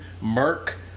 Merc